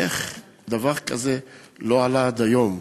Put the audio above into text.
איך דבר כזה לא עלה עד היום.